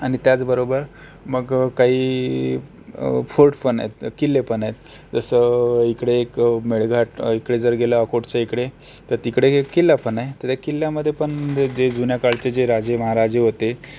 आणि त्याचबरोबर मग काही फोर्टपण आहेत किल्लेपण आहेत जसं इकडे एक मेळघाट इकडे जर गेला अकोटच्या इकडे तर तिकडे किल्लापण आहे तर त्या किल्ल्यामध्ये पण तिथे जे जुन्याकाळचे जे राजेमहाराजे होते